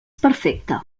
perfecta